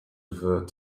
referred